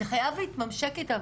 זה חייב להתממשק איתה,